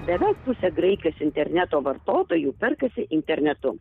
beveik pusė graikijos interneto vartotojų perkasi internetu